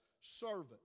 servant